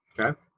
Okay